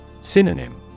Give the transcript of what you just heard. Synonym